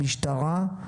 משטרה,